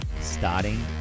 starting